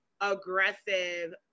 aggressive